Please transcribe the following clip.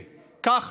שקלים.